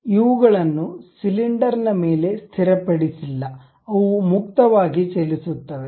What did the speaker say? ಆದರೆ ಇವುಗಳನ್ನು ಸಿಲಿಂಡರ್ ನ ಮೇಲೆ ಸ್ಥಿರಪಡಿಸಿಲ್ಲ ಅವು ಮುಕ್ತವಾಗಿ ಚಲಿಸುತ್ತಿವೆ